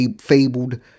Fabled